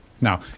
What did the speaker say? Now